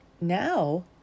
Now